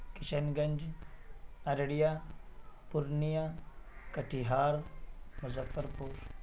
Kishan Ganj Araria Purnia Katihar Muzaffarpur